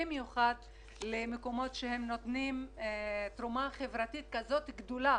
במיוחד למקומות שנותנים תרומה חברתית כזאת גדולה